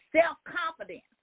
self-confidence